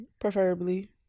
Preferably